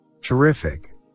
Terrific